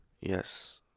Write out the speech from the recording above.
Yes